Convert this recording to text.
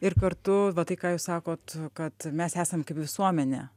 ir kartu va tai ką jūs sakot kad mes esam kaip visuomenė